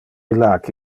illac